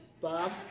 Bob